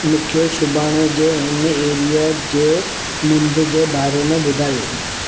मूंखे सुभाणे जे हिन एरीआ जे मुंद जे बारे में ॿुधायो